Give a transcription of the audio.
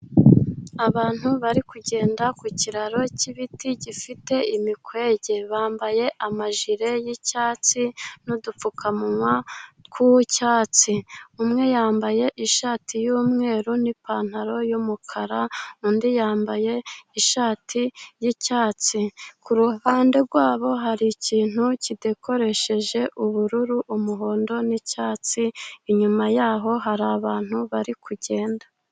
Abantu bari kugenda ku kiraro cy'ibiti gifite imikwege, bambaye amajire y'icyatsi n'udupfukamunwa tw'icyatsi, umwe yambaye ishati y'umweru n'ipantaro y'umukara, undi yambaye ishati y'icyatsi ku ruhande rwabo hari ikintu kidekoresheje ubururu, umuhondo n'icyatsi, inyuma yaho hari abantu bari kugenda.